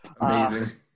Amazing